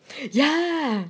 yeah